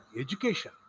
education